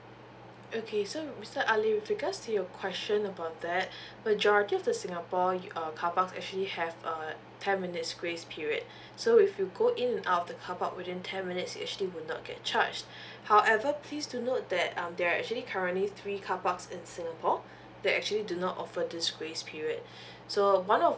okay so mister ali with regards to your question about that majority of the singapore uh carpark actually have uh ten minutes grace period so if you go in and out the carpark within ten minutes actually would not get charged however please do note that um they're actually currently three carparks in singapore they actually do not offer this grace period so one of